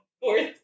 fourth